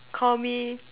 call me